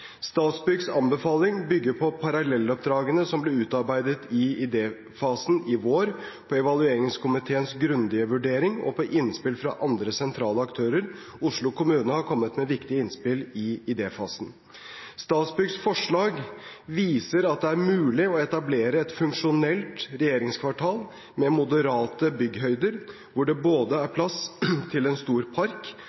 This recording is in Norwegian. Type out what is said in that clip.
Statsbyggs anbefaling bygger på parallelloppdragene som ble utarbeidet i idéfasen i vår, på evalueringskomiteens grundige vurdering og på innspill fra andre sentrale aktører. Oslo kommune har kommet med viktige innspill i idéfasen. Statsbyggs forslag viser at det er mulig å etablere et funksjonelt regjeringskvartal med moderate byggehøyder, hvor det både er plass til en stor park